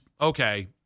okay